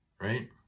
right